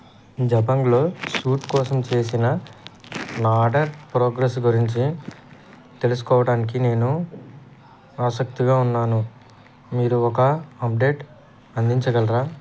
జబాంగ్లో suit కోసం చేసిన నా ఆర్డర్ ప్రోగ్రెస్ గురించి తెలుసుకోవటానికి నేను ఆసక్తిగా ఉన్నాను మీరు ఒక అప్డేట్ అందించగలరా